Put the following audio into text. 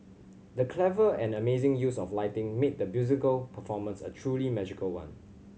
the clever and amazing use of lighting made the musical performance a truly magical one